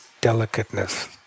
delicateness